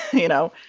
you know,